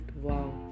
wow